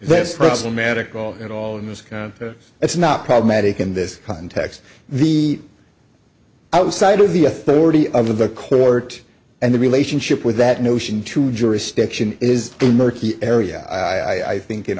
less problematical at all in this kind it's not problematic in this context the outside of the authority of the court and the relationship with that notion to jurisdiction is a murky area i think in